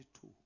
two